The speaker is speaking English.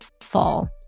fall